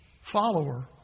Follower